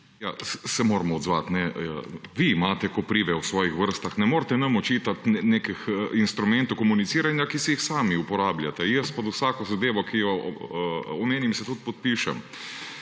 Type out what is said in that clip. se moramo odzvati, ne. Vi imate koprive v svojih vrstah. Ne morete nam očitati nekih instrumentov komuniciranja, ki se jih sami uporabljate. Jaz pod vsako zadevo, ki jo omenim, se tudi podpišem.